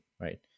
right